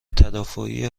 تدافعی